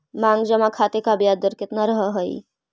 मांग जमा खाते का ब्याज दर केतना रहअ हई